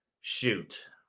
shoot